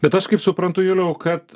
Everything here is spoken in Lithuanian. bet aš kaip suprantu juliau kad